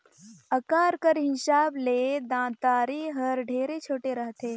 अकार कर हिसाब ले दँतारी हर ढेरे छोटे रहथे